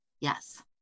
Yes